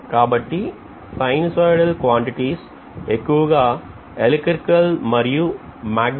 కాబట్టి sinusoidal quantities ఎక్కువగా electrical మరియు మాగ్నెటిక్ సర్క్యూట్లో వాడతాం